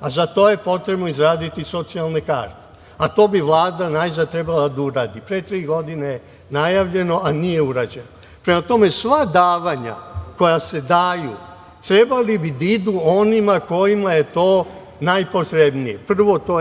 a za to je potrebno izraditi socijalne karte, a to bi Vlada najzad trebala da uradi. Pre tri godine je najavljeno, a nije urađeno. Prema tome, sva davanja koja se daju trebali bi da idu onima kojima je to najpotrebnije. Prvo, to